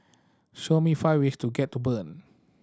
show me five ways to get to Bern